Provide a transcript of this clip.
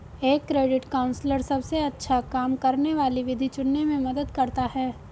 एक credit counsellor सबसे अच्छा काम करने वाली विधि चुनने में मदद करता है